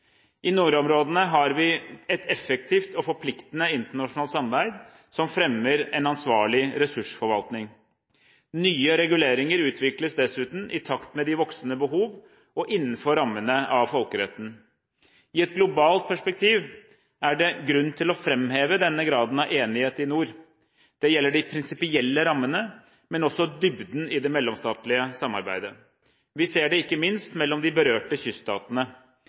I nordområdene har vi et effektivt og forpliktende internasjonalt samarbeid som fremmer en ansvarlig ressursforvaltning. Nye reguleringer utvikles dessuten i takt med voksende behov og innenfor rammene av folkeretten. I et globalt perspektiv er det grunn til å framheve denne graden av enighet i nord. Det gjelder de prinsipielle rammene, men også dybden i det mellomstatlige samarbeidet. Vi ser det ikke minst mellom de berørte kyststatene.